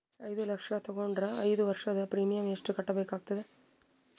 ಐದು ಲಕ್ಷ ತಗೊಂಡರ ಐದು ವರ್ಷದ ಪ್ರೀಮಿಯಂ ಎಷ್ಟು ಕಟ್ಟಬೇಕಾಗತದ?